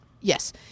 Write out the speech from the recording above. yes